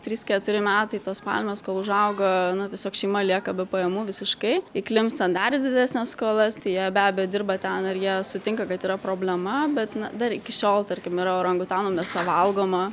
trys keturi metai tos pajamos kol užauga na tiesiog šeima lieka be pajamų visiškai įklimpsta dar į didesnes skolas tai jie be abejo dirba ten ir jie sutinka kad yra problema bet na dar iki šiol tarkim yra orangutanų mėsa valgoma